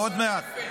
איפה חירוף הנפש?